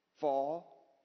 fall